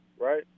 right